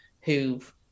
who've